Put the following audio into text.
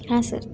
हां सर